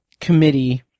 committee